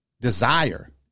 desire